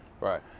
Right